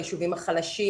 בישובים החלשים,